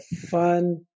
fun